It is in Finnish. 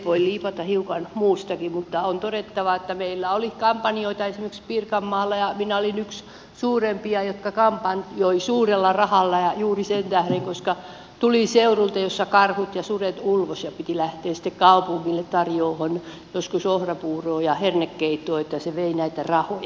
voi liipata hiukan muustakin mutta on todettava että meillä oli kampanjoita esimerkiksi pirkanmaalla ja minä olin yksi suurimpia jotka kampanjoivat suurella rahalla ja juuri sen tähden että tulin seudulta jossa karhut ja sudet ulvoivat ja piti lähteä sitten kaupungille tarjoamaan joskus ohrapuuroa ja hernekeittoa niin että se vei näitä rahoja